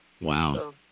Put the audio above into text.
wow